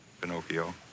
Pinocchio